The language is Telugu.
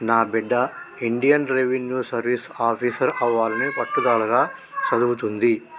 నా బిడ్డ ఇండియన్ రెవిన్యూ సర్వీస్ ఆఫీసర్ అవ్వాలని పట్టుదలగా సదువుతుంది